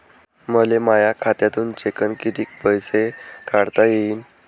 मले माया खात्यातून चेकनं कितीक पैसे काढता येईन?